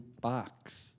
box